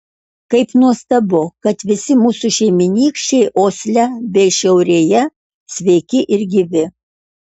kaip nuostabu kad visi mūsų šeimynykščiai osle bei šiaurėje sveiki ir gyvi